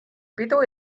pidu